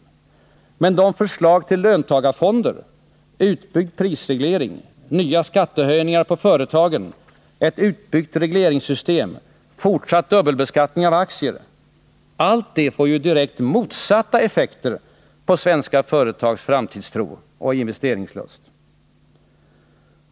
Men samtidigt för de fram förslag till löntagarfonder, utbyggd prisreglering, nya skattehöjningar för företagen, ett utbyggt regleringssystem och fortsatt dubbelbeskattning av aktier. Allt detta får ju direkt motsatta effekter på svenska företags framtidstro och investeringslust.